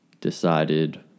decided